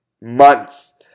months